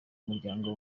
umuryango